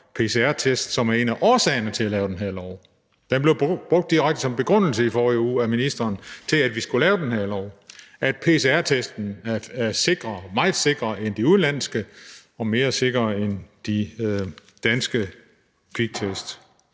pcr-test, som er en af årsagerne til at lave den her lov. Det blev brugt direkte som begrundelse i forrige uge af ministeren til, at vi skulle lave den her lov, at pcr-testen er meget sikrere end de udenlandske og mere sikker end de danske kviktest.